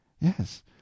Yes